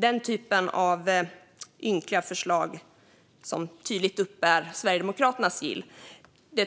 Den typen av ynkliga förslag, som tydligt bär Sverigedemokraternas sigill,